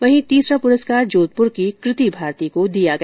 वहीं तीसरा प्रस्कार जोधप्रर की कृति भारती को दिया गया